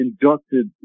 inducted